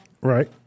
right